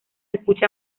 escucha